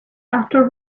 after